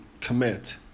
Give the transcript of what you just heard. commit